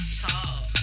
talk